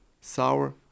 sour